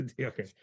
Okay